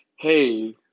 hey